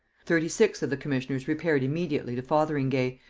thirty-six of the commissioners repaired immediately to fotheringay,